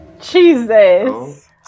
Jesus